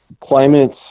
climate